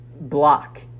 block